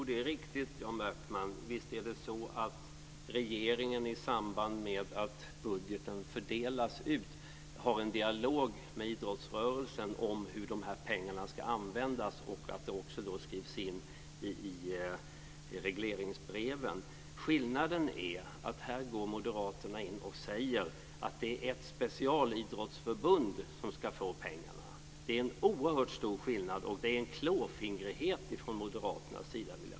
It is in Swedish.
Herr talman! Jo, det är riktigt, Jan Backman, att regeringen i samband med att budgeten fördelas ut har en dialog med idrottsrörelsen om hur de här pengarna ska användas och att detta skrivs in i regleringsbreven. Skillnaden är den att moderaterna här säger att det är ett specialidrottsförbund som ska få pengarna. Det är en oerhört stor skillnad, och jag vill påstå att det är en klåfingrighet från moderaternas sida.